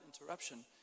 interruption